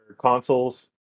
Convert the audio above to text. consoles